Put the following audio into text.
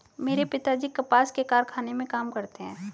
मेरे पिताजी कपास के कारखाने में काम करते हैं